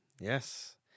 Yes